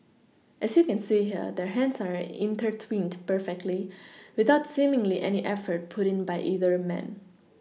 as you can see here their hands are intertwined perfectly without seemingly any effort put in by either man